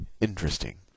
Interesting